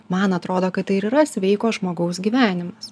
man atrodo kad tai ir yra sveiko žmogaus gyvenimas